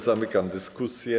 Zamykam dyskusję.